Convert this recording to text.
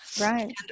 Right